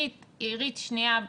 שנייה,